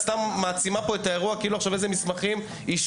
את סתם מעצימה כאן את האירוע כאילו עכשיו מדובר במסמכים אישיים.